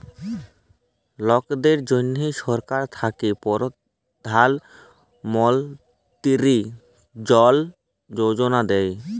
লকদের জ্যনহে সরকার থ্যাকে পরধাল মলতিরি ধল যোজলা দেই